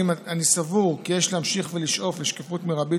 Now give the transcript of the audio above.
אני סבור כי יש להמשיך ולשאוף לשקיפות מרבית